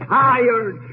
tired